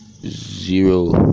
zero